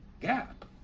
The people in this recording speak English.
gap